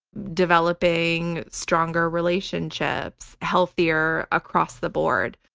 developing stronger relationships, healthier across the board,